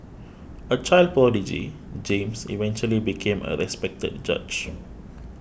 a child prodigy James eventually became a respected judge